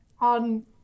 on